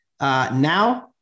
now